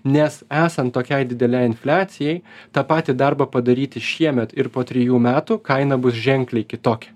nes esant tokiai didelei infliacijai tą patį darbą padaryti šiemet ir po trijų metų kaina bus ženkliai kitokia